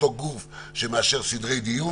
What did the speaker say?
אותו גוף שמאשר סדרי דיון.